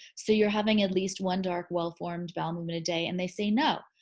so you're having at least one dark, well formed but um and but day. and they say, no.